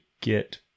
get